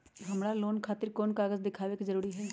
हमरा लोन खतिर कोन कागज दिखावे के जरूरी हई?